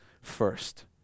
first